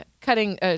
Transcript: cutting